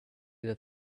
that